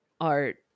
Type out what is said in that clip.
art